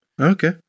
Okay